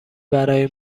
برای